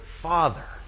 Father